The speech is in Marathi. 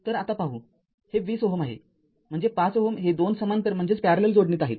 तर आता पाहू हे २० Ω आहेम्हणजे आणि ५ Ω हे २ समांतर जोडणीत आहेत